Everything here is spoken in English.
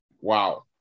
wow